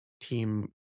team